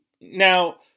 Now